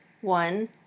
one